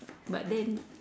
but then